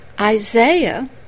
Isaiah